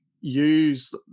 use